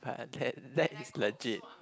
but that that is legit